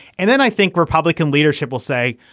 and then i think republican leadership will say,